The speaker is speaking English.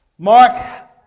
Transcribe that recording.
Mark